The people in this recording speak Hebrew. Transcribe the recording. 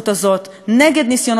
נגד ניסיונות ההרחבה האלה,